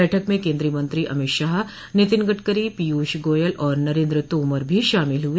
बैठक में केंद्रीय मंत्री अमित शाह नितिन गडकरी पीयूष गोयल और नरेंद्र तोमर भी शामिल हुए